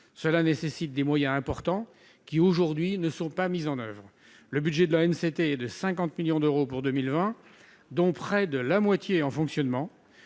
cela nécessite des moyens importants qui aujourd'hui ne sont pas mises en oeuvre, le budget de l'ANC était de 50 millions d'euros pour 2020, dont près de la moitié en fonctionnement,